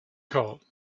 cold